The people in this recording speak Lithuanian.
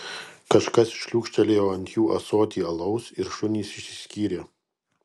kažkas šliūkštelėjo ant jų ąsotį alaus ir šunys išsiskyrė